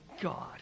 God